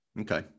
Okay